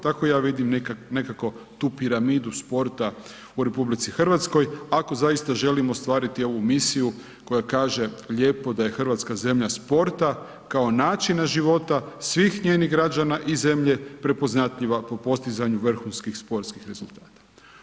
Tako ja vidim nekako tu piramidu sporta u RH, ako zaista želimo ostvariti ovu misiju koja kaže lijepo da je Hrvatska zemlja sporta kao načina života svih njenih građana i zemlje prepoznatljiva po postizanju vrhunskih sportskih rezultata.